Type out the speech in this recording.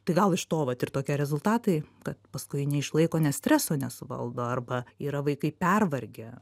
tai gal iš to vat ir tokie rezultatai kad paskui neišlaiko nes streso nesuvaldo arba yra vaikai pervargę